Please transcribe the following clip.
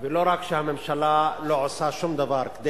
לא רק שהממשלה לא עושה שום דבר כדי